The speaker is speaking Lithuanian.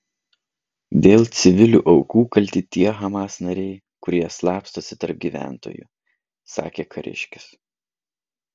dėl civilių aukų kalti tie hamas nariai kurie slapstosi tarp gyventojų sakė kariškis